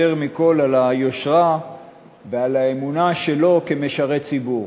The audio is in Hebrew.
מכול על היושרה ועל האמונה שלו כמשרת ציבור.